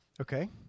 okay